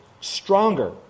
stronger